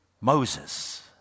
Moses